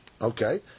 Okay